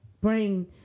bring